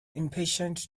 impatient